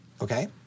Okay